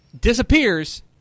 Disappears